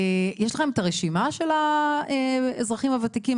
האם יש לכם את הרשימה של האזרחים הוותיקים,